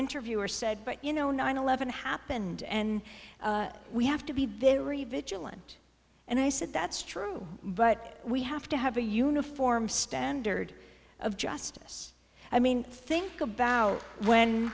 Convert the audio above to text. interviewer said but you know nine eleven happened and we have to be very vigilant and i said that's true but we have to have a uniform standard of justice i mean think about when